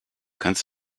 kannst